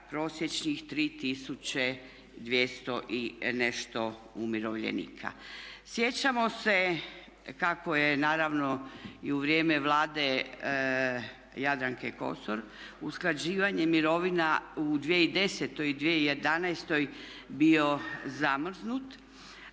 prosječnih 3200 i nešto umirovljenika. Sjećamo se kako je naravno i u vrijeme Vlade Jadranke Kosor usklađivanje mirovina u 2010. i 2011. bio zamrznut,